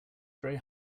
very